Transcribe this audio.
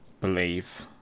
believe